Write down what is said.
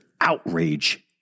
outrage